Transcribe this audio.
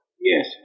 Yes